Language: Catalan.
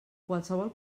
qualsevol